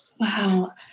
wow